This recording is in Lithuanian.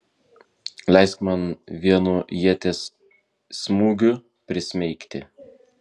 leisk man vienu ieties smūgiu prismeigti